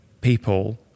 people